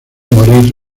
morir